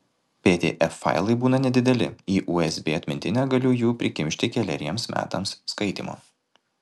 pdf failai būna nedideli į usb atmintinę galiu jų prikimšti keleriems metams skaitymo